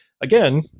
again